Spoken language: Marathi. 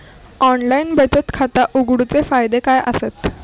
ऑनलाइन बचत खाता उघडूचे फायदे काय आसत?